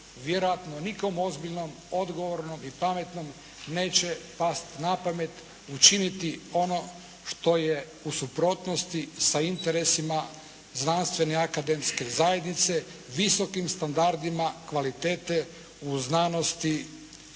vjerojatno nikom ozbiljnom, odgovornom i pametnom neće pasti na pamet učiniti ono što je u suprotnosti sa interesima znanstvene akademske zajednice, visokim standardima kvalitete u znanosti